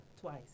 twice